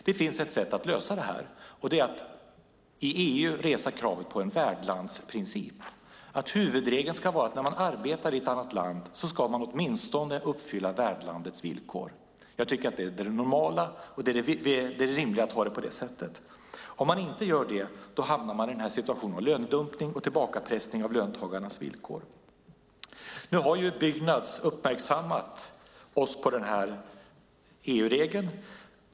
Det finns ett sätt att lösa detta. Det är att i EU resa kravet på en värdlandsprincip. Huvudregeln ska vara att när man arbetar i ett annat land ska man åtminstone uppfylla värdlandets villkor. Det är det normala och rimliga att ha det på det sättet. Om man inte gör det hamnar man i situationen av lönedumpning och tillbakapressning av löntagarnas villkor. Nu har Byggnads uppmärksammat oss på EU-regeln.